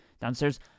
downstairs